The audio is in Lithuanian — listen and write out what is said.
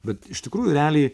bet iš tikrųjų realiai